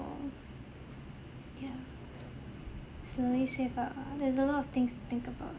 ya slowly save up ah there's a lot of things to think about